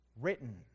written